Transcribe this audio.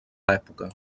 l’època